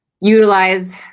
utilize